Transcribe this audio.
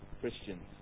Christians